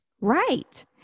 Right